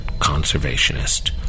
conservationist